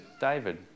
David